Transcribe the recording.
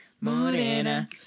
Morena